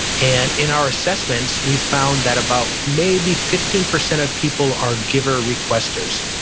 and in our assessments, we found that about maybe fifteen percent of people are giver-requesters.